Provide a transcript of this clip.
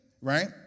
right